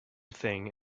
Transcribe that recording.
thing